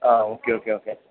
ആ okay okay okay